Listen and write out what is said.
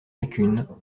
lacune